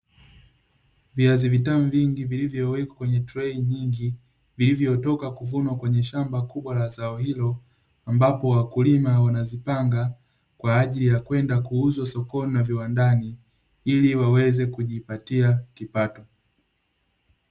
Viazi vitamu vingi vilivyowekwa kwenye trei nyingi, vilivyotoka kuvunwa kwenye shamba kubwa la zao hilo, ambapo wakulima wanazipanga, kwa ajili ya kwenda kuuzwa sokoni na viwandani, ili waweze kujipatia kipato.